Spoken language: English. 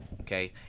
Okay